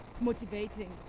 motivating